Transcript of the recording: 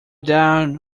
down